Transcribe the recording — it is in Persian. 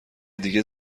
دیگه